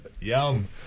Yum